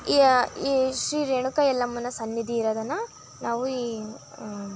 ಈ ಶ್ರೀ ರೇಣುಕಾ ಯಲ್ಲಮ್ಮನ ಸನ್ನಿಧಿ ಇರೋದನ್ನು ನಾವು ಈ